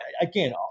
again